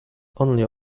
only